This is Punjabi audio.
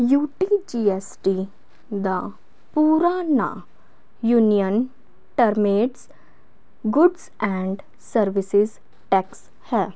ਯੂਟੀਜੀਐਸਟੀ ਦਾ ਪੂਰਾ ਨਾਂ union territories goods and services tax ਹੈ